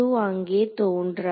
அங்கே தோன்றாது